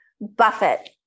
Buffett